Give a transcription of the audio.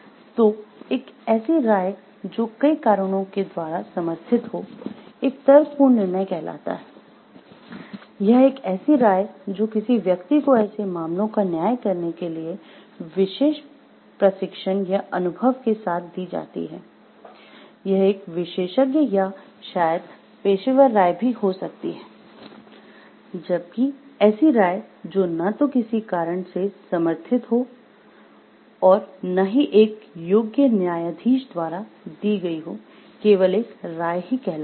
तो एक ऐसी राय जो कई कारणों के द्वारा समर्थित हो एक तर्कपूर्ण निर्णय कहलाता है यह एक ऐसी राय जो किसी व्यक्ति को ऐसे मामलों का न्याय करने के लिए विशेष प्रशिक्षण या अनुभव के साथ दी जाती है यह एक विशेषज्ञ या शायद पेशेवर राय भी हो सकती है जबकि ऐसी राय जो न तो किसी कारण से समर्थित हो और न ही एक योग्य न्यायाधीश द्वारा दी गई हो केवल एक राय ही कहलाती है